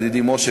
ידידי משה,